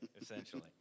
essentially